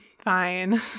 fine